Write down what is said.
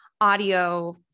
audio